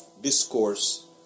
discourse